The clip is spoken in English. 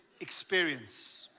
experience